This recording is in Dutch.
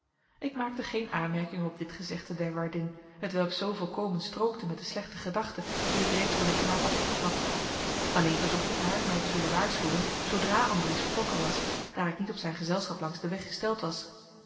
ik maakte geen aanmerkingen op dit gezegde der waardin hetwelk zoo volkomen strookte met de slechte gedachte die ik reeds van den knaap had opgevat alleen verzocht ik haar mij te zullen waarschuwen zoodra andries vertrokken was daar ik niet op zijn gezelschap langs den weg gesteld was